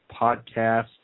podcast